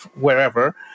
wherever